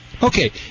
Okay